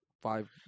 Five